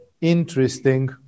interesting